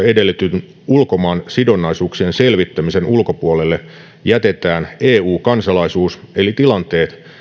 edellytetyn ulkomaansidonnaisuuksien selvittämisen ulkopuolelle jätetään eu kansalaisuus eli tilanteet